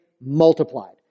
multiplied